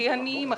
הכי עניים,